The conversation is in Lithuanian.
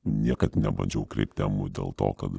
niekad nebandžiau kreipt temų dėl to kad